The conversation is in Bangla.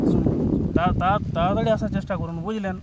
হুম তাড়াতাড়ি আসার চেষ্টা করুন বুঝলেন